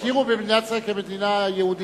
שיכירו במדינת ישראל כמדינה יהודית,